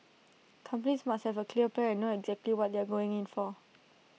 companies must have A clear plan and know exactly what they are going in for